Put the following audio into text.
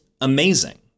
amazing